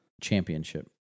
championship